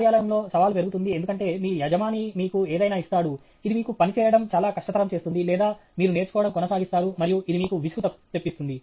కార్యాలయంలో సవాలు పెరుగుతుంది ఎందుకంటే మీ యజమాని మీకు ఏదైనా ఇస్తాడు ఇది మీకు పని చేయడం చాలా కష్టతరం చేస్తుంది లేదా మీరు నేర్చుకోవడం కొనసాగిస్తారు మరియు ఇది మీకు విసుగు తెప్పిస్తుంది